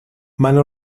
منو